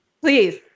Please